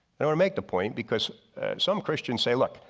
and i'll make the point because some christians say look,